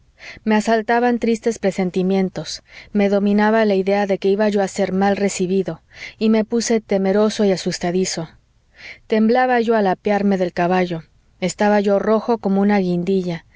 me asaltaban tristes presentimientos me dominaba la idea de que iba yo a ser mal recibido y me puse temeroso y asustadizo temblaba yo al apearme del caballo estaba yo rojo como una guindilla